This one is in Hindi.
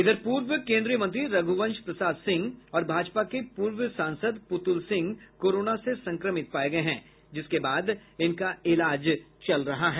इधर पूर्व केन्द्रीय मंत्री रघुवंश प्रसाद सिंह और भाजपा के पूर्व सांसद पुतुल सिंह कोरोना से संक्रमित पाये गये हैं जिसके बाद उनका इलाज चल रहा है